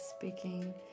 speaking